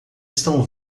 estão